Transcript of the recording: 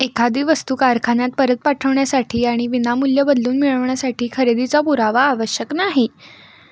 एखादी वस्तू कारखान्यात परत पाठवण्यासाठी आणि विनामूल्य बदलून मिळवण्यासाठी खरेदीचा पुरावा आवश्यक नाही